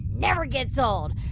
never gets old.